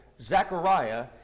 Zechariah